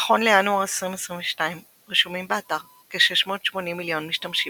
נכון לינואר 2022 רשומים באתר כ-680 מיליון משתמשים.